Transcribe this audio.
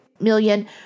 million